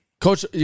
Coach